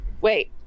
Wait